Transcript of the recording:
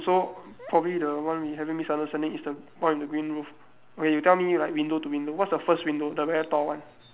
so probably the one we having misunderstanding is the one with the green roof where you tell me like window to window what's the first window the very tall one